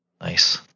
Nice